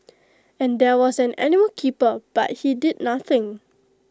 and there was an animal keeper but he did nothing